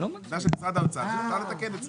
העמדה של משרד האוצר שניתן לתקן את זה.